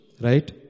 Right